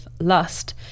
lust